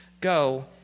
go